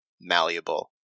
malleable